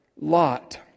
Lot